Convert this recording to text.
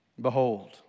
Behold